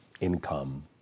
income